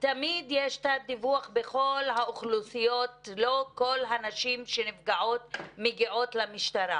תמיד יש תת-דיווח בכל האוכלוסיות ולא כל הנשים שנפגעות מגיעות למשטרה.